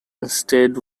instead